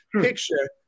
picture